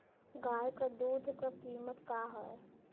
गाय क दूध क कीमत का हैं?